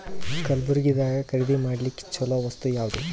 ಕಲಬುರ್ಗಿದಾಗ ಖರೀದಿ ಮಾಡ್ಲಿಕ್ಕಿ ಚಲೋ ವಸ್ತು ಯಾವಾದು?